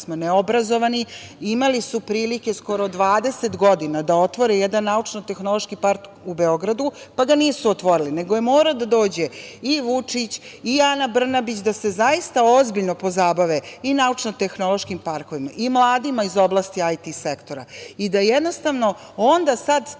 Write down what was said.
kako smo neobrazovani, imali su prilike skoro 20 godina da otvore jedan naučno tehnološki park u Beogradu, pa ga nisu otvorili, nego je morao da dođe i Vučić i Ana Brnabić da se zaista ozbiljno pozabave i naučno tehnološkim parkovima i mladima iz oblasti IT sektora i da jednostavno onda sad tek